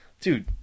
Dude